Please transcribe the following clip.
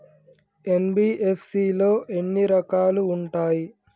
NBFC లో ఎన్ని రకాలు ఉంటాయి?